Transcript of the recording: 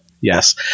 Yes